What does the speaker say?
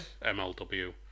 MLW